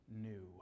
new